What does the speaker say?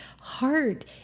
heart